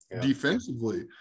defensively